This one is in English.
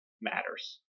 matters